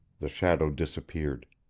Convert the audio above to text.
the shadow disappeared.